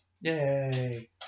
Yay